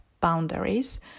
boundaries